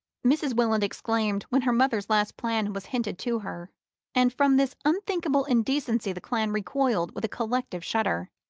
mrs. welland exclaimed when her mother's last plan was hinted to her and from this unthinkable indecency the clan recoiled with a collective shudder.